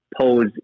pose